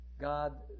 God